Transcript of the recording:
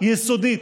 יסודית,